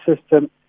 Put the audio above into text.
system